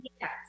Yes